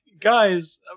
guys